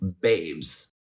babes